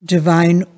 Divine